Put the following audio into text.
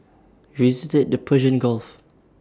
we visited the Persian gulf